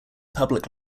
public